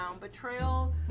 Betrayal